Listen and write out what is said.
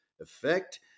effect